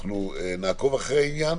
נעקוב אחרי העניין.